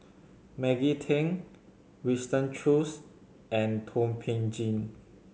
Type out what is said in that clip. Maggie Teng Winston Choos and Thum Ping Tjin